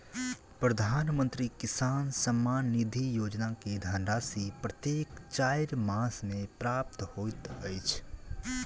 प्रधानमंत्री किसान सम्मान निधि योजना के धनराशि प्रत्येक चाइर मास मे प्राप्त होइत अछि